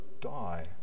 die